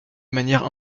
manière